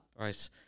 right